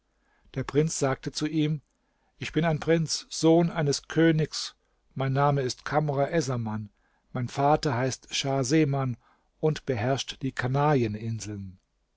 der prinz sagte zu ihm ich bin ein prinz sohn eines königs mein name ist kamr essaman mein vater heißt schah seman und beherrscht die